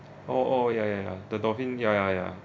oh oh ya ya ya the dolphin ya ya ya